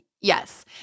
yes